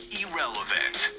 irrelevant